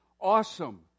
awesome